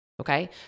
Okay